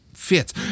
fits